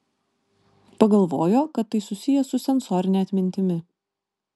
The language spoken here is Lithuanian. pagalvojo kad tai susiję su sensorine atmintimi